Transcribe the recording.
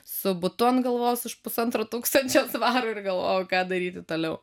su butu ant galvos už pusantro tūkstančio svarų ir galvojau ką daryti toliau